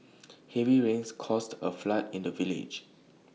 heavy rains caused A flood in the village